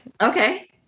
Okay